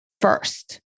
first